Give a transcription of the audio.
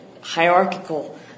hierarchical